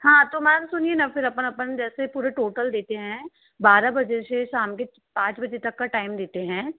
हाँ तो मैम सुनिए न फ़िर अपन अपन जैसे पूरे टोटल देते हैं बारह बजे से शाम के पाँच बजे तक का टाइम देते हैं